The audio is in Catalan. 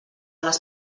les